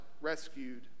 Rescued